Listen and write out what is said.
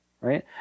right